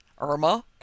Irma